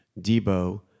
Debo